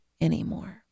anymore